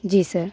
जी sir